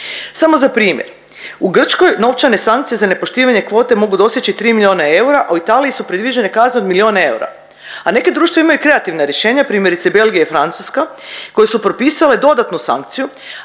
Samo za primjer, u Grčkoj novačene sankcije za nepoštivanje kvote mogu doseći tri miliona eura, a u Italiji su predviđene kazne od milion eura. A neka društva imaju i kreativna rješenja, primjerice Belgija i Francuska koje su propisale dodatnu sankciju,